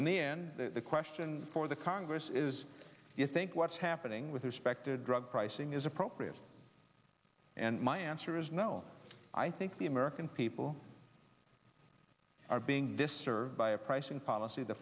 in the end the question for the congress is you think what's happening with respected drug pricing is appropriate and my answer is no i think the american people are being disturbed by a pricing policy the